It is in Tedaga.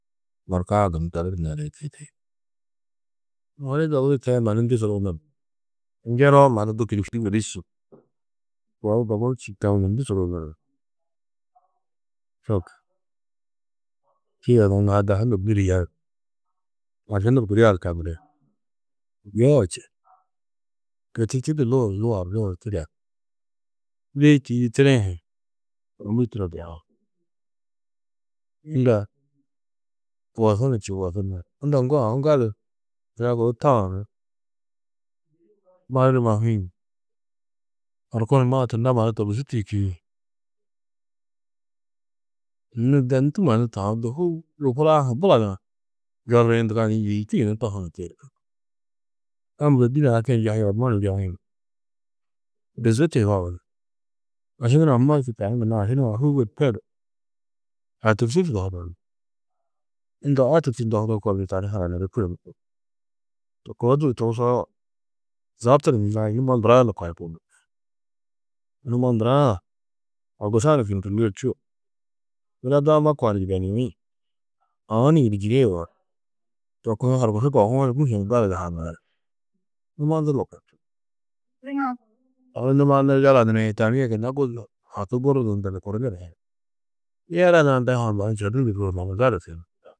Norkaa gunú dogu neri, odu dogu du teîe mannu ndû suru nuru njenoo mannu du kûdukudi gudi čî, dogu du tewo mannu ndû suru nuru ni, dahu nur dûli yeru ni gudi yo či, to tûrtu du luuru luar tided. Tideî tîyiidi tiri-ĩ hi ômuri turo duraar, unda wosuni či, wosu nar, unda ŋgo aū gali ni yuna guru taū ni mari numa hûi-ĩ orko numa du tunda mannu tobusî tîyikiidi nû de ndû mannu taú hûugo huraa ha bula nua unintelligible ndû yunu ndohã tiyi a muro dîne-ã aski ni njohi. Ormo ni njohi, bizi tuyubabu ni aši nurã morči tani gunna aši nurã hûugo di tedu ni a tûrtu tudohudo, unda aũ a tûrtu ndohudo kor du tani hananurú, to koo tûrtu togusoo zabtundu nani numo ndurã lukar numo nduraã horkusa ni kînni kînnie čûo yina daama kaa ni yibeniĩ aū ni yini njinîe yugó to kuĩ horkusu kohūwo ni gûro ni gali di haŋiī numa ndur lukar či odu numa nur yala nurã tani yê gunna haki gununduru lukurú nar, yala nuã daha-ã četu ndûroo mannu gali nar.